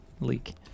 leak